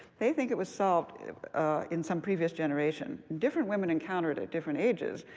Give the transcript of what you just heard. they think it was solved in some previous generation. different women encounter it at different ages.